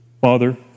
Father